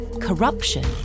corruption